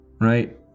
right